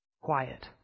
Quiet